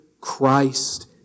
Christ